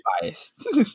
biased